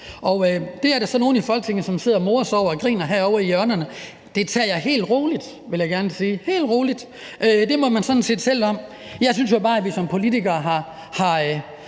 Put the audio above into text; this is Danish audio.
det er der så nogle i Folketinget som sidder og morer sig over og griner herovre i hjørnerne. Det tager jeg helt roligt, vil jeg gerne sige, helt roligt, og det må man sådan set selv om. Jeg synes jo bare, at vi som politikere har